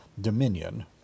dominion